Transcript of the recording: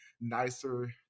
nicer